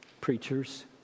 preachers